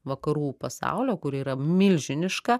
vakarų pasaulio kuri yra milžiniška